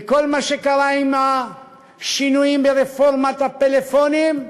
מכל מה שקרה עם השינויים ברפורמת הפלאפונים,